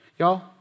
Y'all